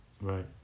Right